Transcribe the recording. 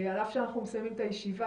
על אף שאנחנו מסיימים את הישיבה,